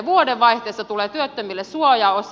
vuodenvaihteessa tulee työttömille suojaosa